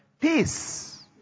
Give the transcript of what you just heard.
Peace